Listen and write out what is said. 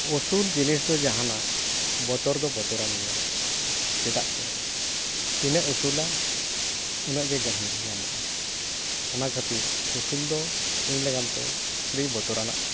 ᱩᱥᱩᱞ ᱡᱤᱱᱤᱥ ᱫᱚ ᱡᱟᱦᱟᱱᱟᱜ ᱵᱚᱛᱚᱨ ᱫᱚ ᱵᱚᱛᱚᱨᱟᱱ ᱜᱮᱭᱟ ᱪᱮᱫᱟᱜ ᱥᱮ ᱛᱤᱱᱟᱹᱜ ᱩᱥᱩᱞᱟ ᱩᱱᱟᱹᱜ ᱜᱮ ᱜᱟᱹᱦᱤᱨ ᱧᱟᱢᱚᱜᱼᱟ ᱚᱱᱟ ᱠᱷᱟᱹᱛᱤᱨ ᱩᱥᱩᱞ ᱫᱚ ᱤᱧ ᱞᱟᱜᱟᱱᱛᱮ ᱟᱹᱰᱤ ᱵᱚᱛᱚᱨᱟᱱᱟᱜ ᱠᱟᱱᱟ